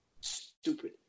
stupid